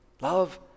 Love